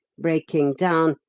breaking down,